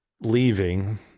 leaving